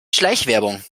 schleichwerbung